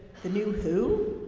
the new who,